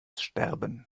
sterben